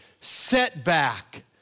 setback